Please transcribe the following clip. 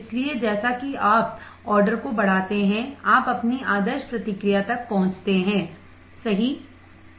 इसलिए जैसा कि आप ऑर्डर को बढ़ाते हैं आप अपनी आदर्श प्रतिक्रिया तक पहुंचते हैंसही